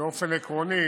באופן עקרוני,